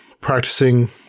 practicing